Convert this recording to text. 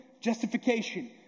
justification